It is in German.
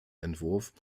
entwurf